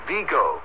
Vigo